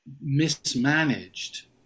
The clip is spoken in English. mismanaged